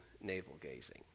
navel-gazing